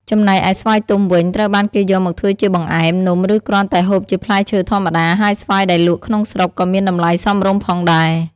ចំណែកឯស្វាយទុំវិញ ត្រូវបានគេយកមកធ្វើជាបង្អែម នំ ឬគ្រាន់តែហូបជាផ្លែឈើធម្មតា ហើយស្វាយដែលលក់ក្នុងស្រុកក៏មានតម្លៃសមរម្យផងដែរ។